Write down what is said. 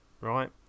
right